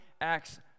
acts